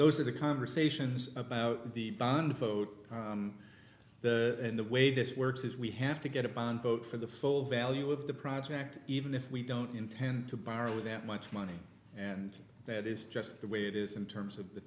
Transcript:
those are the conversations about the bond vote and the way this works is we have to get a bond vote for the full value of the project even if we don't intend to borrow that much money and that is just the way it is in terms of the